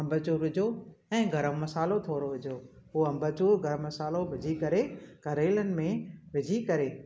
अम्बचूर विझो ऐं गरमु मसालो थोरो विझो पोइ अम्बचूर गरमु मसालो विझी करे करेलनि में विझी करे